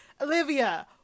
olivia